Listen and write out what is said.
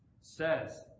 Says